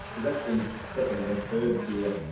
there's actually second and third tier.